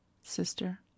Sister